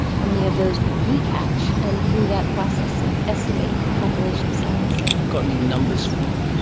how many of those we re-catch, and through that process estimate the population size. got any numbers for me?